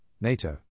NATO